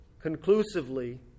conclusively